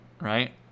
Right